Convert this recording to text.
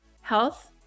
health